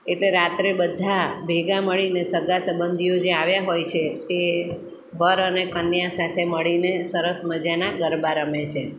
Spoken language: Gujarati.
એટલે રાત્રે બધા ભેગાં મળીને સગા સબંધીઓ જે આવ્યા હોય છે તે વર અને કન્યા સાથે મળીને સરસ મજાના ગરબા રમે છે